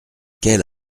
quelle